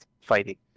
fighting